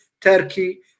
Turkey